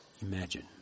Imagine